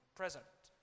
present